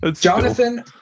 Jonathan